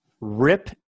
rip